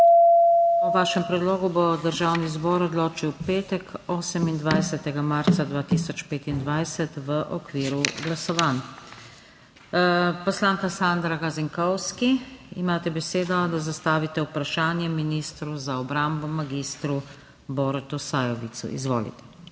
O vašem predlogu bo Državni zbor odločil v petek, 28. marca 2025, v okviru glasovanj. Poslanka Sandra Gazinkovski, imate besedo, da zastavite vprašanje ministru za obrambo mag. Borutu Sajovicu. Izvolite.